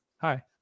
hi